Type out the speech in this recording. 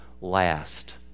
last